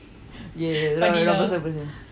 ya ya right right wrong person wrong person